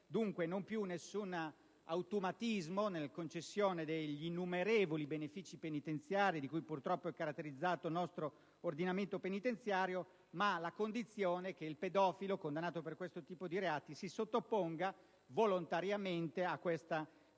Dunque, non più automatismi nella concessione degli innumerevoli benefici penitenziari di cui purtroppo è caratterizzato il nostro ordinamento penitenziario, ma la condizione che il pedofilo condannato per questo tipo di reati si sottoponga volontariamente a questa cura ed